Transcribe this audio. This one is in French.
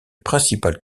principal